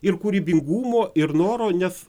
ir kūrybingumo ir noro nes